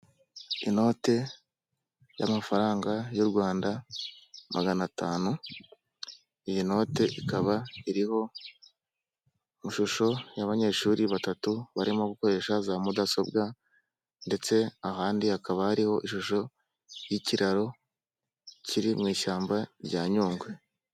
Inote y'amafaranga y'u Rwanda magana atanu, iyi note ikaba iriho ishusho y'abanyeshuri batatu barimo gukoresha za mudasobwa ndetse ahandi hakaba hariho ishusho y'ikiraro kiri mu ishyamba rya Nyungwe.